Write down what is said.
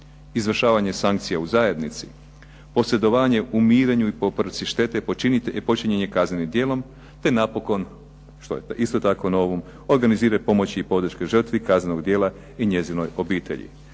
Izvršavanje sankcija u zajednici, posredovanje u mirenju i po … štete počinjenje kaznenim djelom te napokon što je isto tako nuvum, organiziranje pomoći i podrške žrtvi kaznenog djela i njezinoj obitelji.